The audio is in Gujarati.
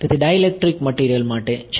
તેથી ડાઇલેક્ટ્રિક મટિરિયલ માટે છે